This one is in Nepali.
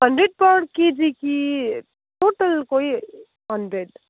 हन्ड्रेड पर केजी कि टोटलकै हन्ड्रेड